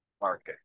market